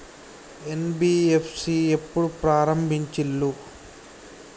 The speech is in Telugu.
ఎన్.బి.ఎఫ్.సి ఎప్పుడు ప్రారంభించిల్లు?